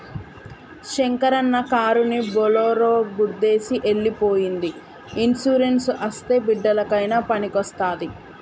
శంకరన్న కారుని బోలోరో గుద్దేసి ఎల్లి పోయ్యింది ఇన్సూరెన్స్ అస్తే బిడ్డలకయినా పనికొస్తాది